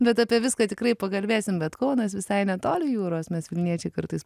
bet apie viską tikrai pakalbėsim bet kaunas visai netoli jūros mes vilniečiai kartais